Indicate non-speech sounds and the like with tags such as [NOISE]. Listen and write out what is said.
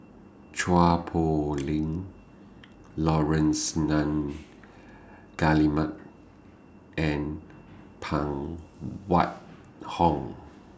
Chua Poh [NOISE] Leng Laurence Nunns Guillemard and Phan Wait Hong